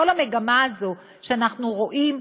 כל המגמה הזאת שאנו רואים,